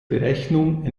berechnung